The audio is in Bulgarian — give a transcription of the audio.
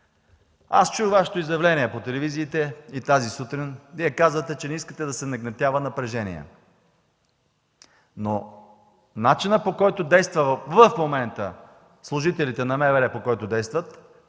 Чух Вашето изявление по телевизиите и тази сутрин. Казвате, че не искате да се нагнетява напрежение. Начинът, по който действат в момента служителите на МВР, подпомага